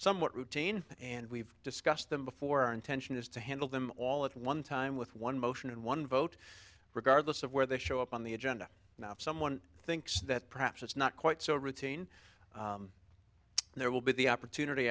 somewhat routine and we've discussed them before our intention is to handle them all at one time with one motion and one vote regardless of where they show up on the agenda now if someone thinks that perhaps it's not quite so routine there will be the opportunity